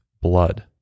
blood